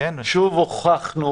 שוב הוכחנו,